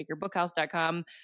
bakerbookhouse.com